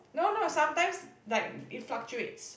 no no sometimes like it fluctuates